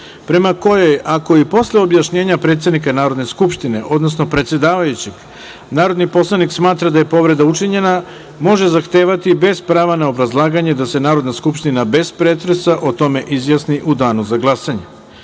prema kojoj ako i posle objašnjenja predsednika Narodne skupštine, odnosno predsedavajućeg, narodni poslanik smatra da je povreda učinjena, može zahtevati, bez prava na obrazlaganje, da se Narodna skupština, bez pretresa, o tome izjasni u danu za